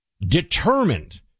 determined